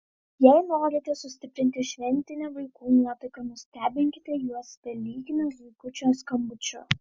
jei norite sustiprinti šventinę vaikų nuotaiką nustebinkite juos velykinio zuikučio skambučiu